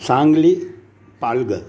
Sangli Palghar